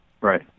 right